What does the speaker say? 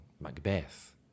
Macbeth